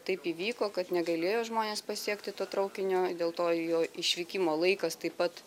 taip įvyko kad negalėjo žmonės pasiekti to traukinio dėl to ir jo išvykimo laikas taip pat